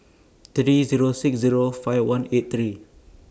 three Zero six Zero five one eight three